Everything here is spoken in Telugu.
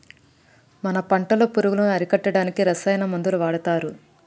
మన పంటలో పురుగులను అరికట్టడానికి రసాయన మందులు వాడతారు